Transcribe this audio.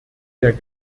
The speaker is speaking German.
der